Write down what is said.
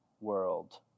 world